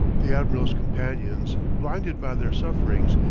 the admiral's companions, blinded by their sufferings,